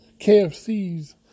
KFCs